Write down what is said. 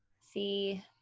See